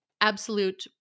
absolute